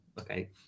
Okay